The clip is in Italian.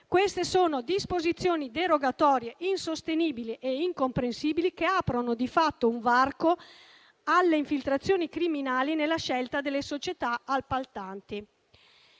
Queste sono disposizioni derogatorie insostenibili e incomprensibili, che aprono di fatto un varco alle infiltrazioni criminali nella scelta delle società appaltanti;